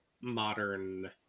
modern